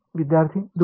विद्यार्थी दूर